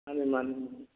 ꯃꯥꯅꯤ ꯃꯥꯅꯤ